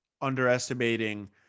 underestimating –